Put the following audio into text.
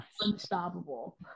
unstoppable